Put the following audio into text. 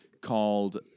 called